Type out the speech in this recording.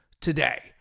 today